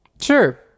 sure